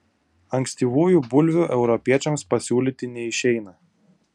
ankstyvųjų bulvių europiečiams pasiūlyti neišeina